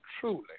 truly